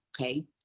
okay